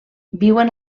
viuen